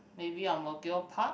maybe Ang-Mo-Kio park